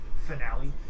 finale